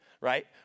Right